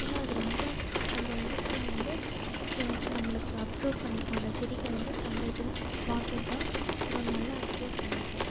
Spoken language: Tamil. ஏன்னால் அது ரொம்ப அந்த இதுக்கு வந்து கே நம்பளுக்கு அப்சர்வ் பண்ணிக்கும் அந்த செடிக்கு வந்து சன் லைட்டும் வாட்டர் தான் ஒரு நல்ல அப்சர்வ் பண்ணிக்கும்